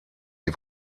die